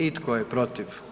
I tko je protiv?